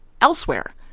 elsewhere